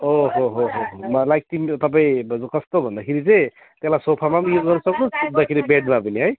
हो हो हो हो हो मलाई तपाईँ कस्तो भन्दाखेरि चाहिँ त्यसलाई सोफामा पनि युज गर्न सक्नुहोस् सुत्दाखेरि बेडमा पनि है